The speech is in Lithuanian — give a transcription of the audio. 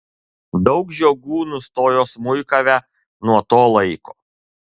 daug žiogų nustojo smuikavę nuo to laiko